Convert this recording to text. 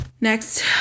next